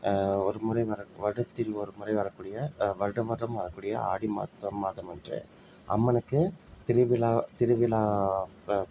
ஒரு முறை வரக் வருடத்தில் ஒரு முறை வரக்கூடிய வருடம் வருடம் வரக்கூடிய ஆடி மாதம் மாதம் அன்று அம்மனுக்குத் திருவிழா திருவிழா